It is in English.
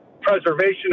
preservation